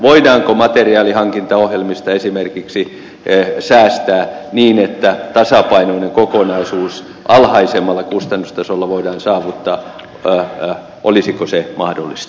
voidaanko materiaalihankintaohjelmista esimerkiksi säästää niin että tasapainoinen kokonaisuus alhaisemmalla kustannustasolla voidaan saavuttaa olisiko se mahdollista